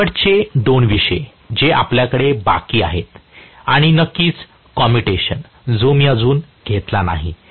शेवटचे दोन विषय जे आपल्याकडे बाकी आहेत आणि नक्कीच कॉम्युटेशन जो मी अजून घेतला नाही